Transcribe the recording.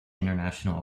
international